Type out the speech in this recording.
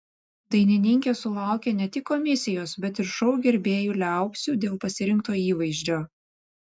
dainininkė sulaukė ne tik komisijos bet ir šou gerbėjų liaupsių dėl pasirinkto įvaizdžio